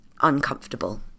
uncomfortable